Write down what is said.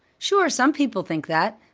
sure. some people think that.